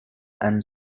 and